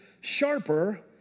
sharper